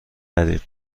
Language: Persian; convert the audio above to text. غریق